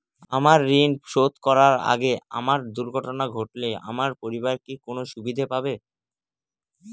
আমার ঋণ শোধ করার আগে আমার দুর্ঘটনা ঘটলে আমার পরিবার কি কোনো সুবিধে পাবে?